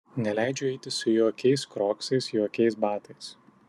neleidžiu eiti su jokiais kroksais jokiais batais